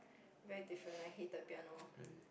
very different I hated piano